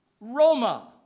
Roma